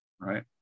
Right